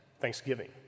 thanksgiving